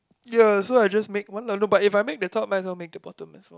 ya so I just make one I don't know but if I make the top might as well make the bottom as well